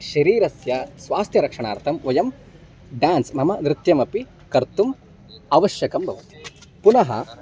शरीरस्य स्वास्थ्यरक्षणार्थं वयं ड्यान्स् नाम नृत्यमपि कर्तुम् आवश्यकं भवति पुनः